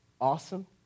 awesome